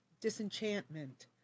disenchantment